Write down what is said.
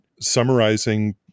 summarizing